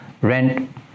rent